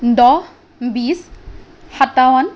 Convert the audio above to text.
দহ বিছ সাতাৱন